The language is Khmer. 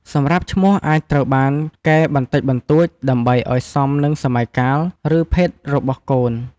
សម្រាប់ឈ្មោះអាចត្រូវបានកែបន្តិចបន្តួច ដើម្បីអោយសមនឹងសម័យកាល ឬភេទរបស់កូន។